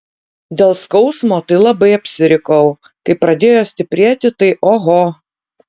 dėl skausmo tai labai apsirikau kai pradėjo stiprėti tai oho